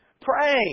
Pray